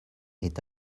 est